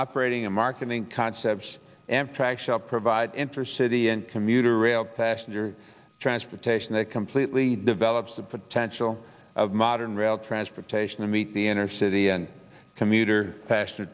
operating and marketing concepts amtrak shall provide intercity and commuter rail passenger transportation that completely develops the potential of modern rail transportation to meet the inner city and commuter past